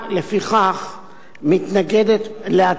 הממשלה מתנגדת להצעת החוק המוצעת.